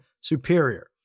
superior